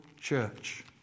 church